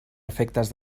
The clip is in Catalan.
efectes